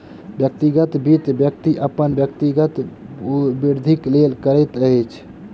व्यक्तिगत वित्त, व्यक्ति अपन व्यक्तिगत वृद्धिक लेल करैत अछि